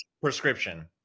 Prescription